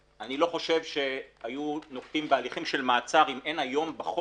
אני לא חושב שהיו נוקטים בהליכים של מעצר אם לא היו היום בחוק